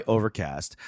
Overcast